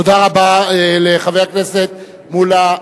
תודה רבה לחבר הכנסת מולה.